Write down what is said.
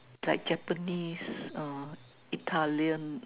like Japanese uh Italian